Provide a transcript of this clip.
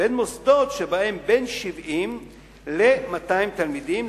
לבין מוסדות שבהם בין 70 ל-200 תלמידים,